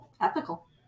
ethical